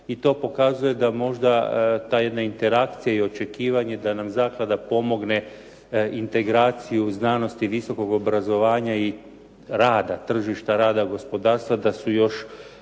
i to pokazuje da možda ta jedna interakcija i očekivanje da nam zaklada pomogne, integraciju znanosti, visokog obrazovanja i rada, tržišta rada, gospodarstva da su još